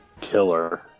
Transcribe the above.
killer